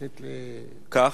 כך,